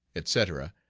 etc.